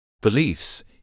beliefs